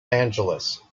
angeles